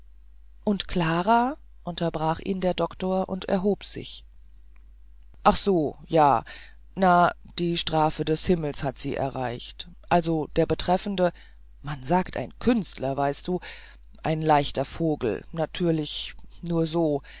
und klara unterbrach ihn der doktor und erhob sich ach so ja na die strafe des himmels hat sie erreicht also der betreffende man sagt ein künstler weißt du ein leichter vogel natürlich nur so